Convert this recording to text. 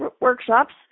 workshops